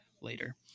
later